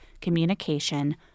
communication